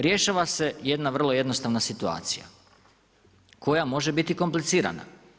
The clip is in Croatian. Rješava se jedna vrlo jednostavna situacija, koja može komplicirana.